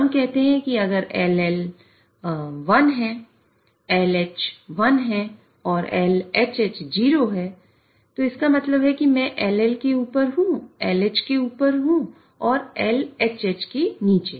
हम कहते हैं कि अगर LL 1 है LH 1 है और LHH 0 है कि इसका मतलब है मैं LL के ऊपर हूँ LH के ऊपर और LHH के नीचे